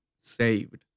saved